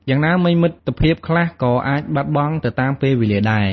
យ៉ាងណាមិញ មិត្តភាពខ្លះក៏អាចបាត់បង់ទៅតាមពេលវេលាដែរ។